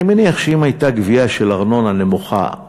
אני מניח שאם הייתה גבייה של ארנונה נכונה,